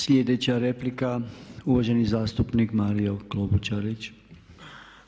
Sljedeća replika, uvaženi zastupnik Mario Klobučić.